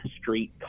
Street